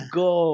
go